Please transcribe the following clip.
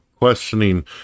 questioning